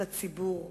על הציבור,